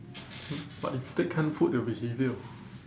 but if take canned food it'll be heavier